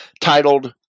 titled